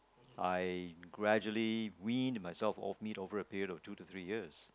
I gradually win myself of me over a period of two to three years